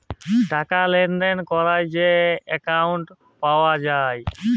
টাকা লেলদেল ক্যরার যে একাউল্ট পাউয়া যায়